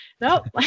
nope